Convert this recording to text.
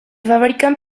fabrican